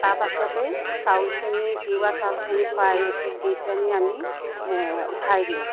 তাৰপাছতেই চাউলখিনি তিওৱা চাউলখিনি খৰাহিটোত দি পেলে নি আমি উঠাই দিওঁ